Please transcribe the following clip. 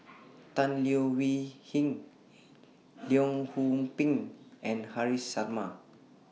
Tan Leo Wee Hin Leong Yoon Pin and Haresh Sharma